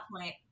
point